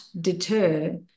deter